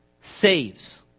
saves